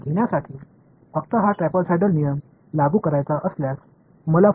எனவே எனக்கு சரியான n புள்ளிகள் மூலமாக உள்ளன என்று சொல்லலாம்